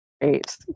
Great